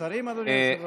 אדוני היושב-ראש?